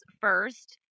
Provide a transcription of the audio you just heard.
first